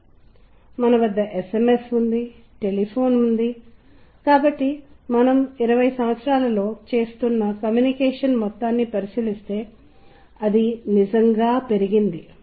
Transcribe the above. ఇప్పుడు మనం ఇంతకు ముందు వచనము యానిమేషన్లతో వ్యవహరించినప్పుడు మీకు చూపిన విషయం ఇది కానీ సంగీతం దానికి తోడుగా ఉన్నప్పుడు అది ఎలాంటి ముఖ్యమైన వ్యత్యాసాన్ని కలిగిస్తుంది ఇది మనం ప్రస్తుతం గుర్తించడానికి ప్రయత్నిస్తాము